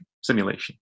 simulation